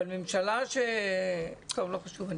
אבל ממשלה ש...טוב לא חשוב, אני